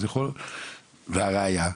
והראייה,